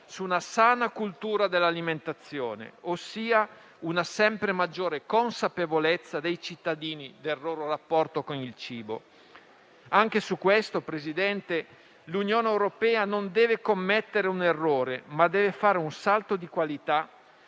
su una sana cultura dell'alimentazione, ossia su una sempre maggiore consapevolezza da parte dei cittadini del loro rapporto con il cibo. Anche su questo, signor Presidente, l'Unione europea non deve commettere un errore, ma deve fare un salto di qualità